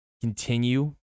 continue